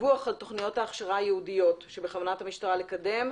דיווח על תוכניות ההכשרה הייעודיות שבכוונת המשטרה לקדם,